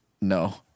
No